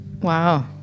Wow